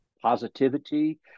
Positivity